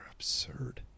Absurd